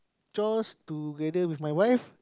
just together with my wife